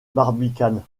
barbicane